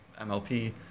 MLP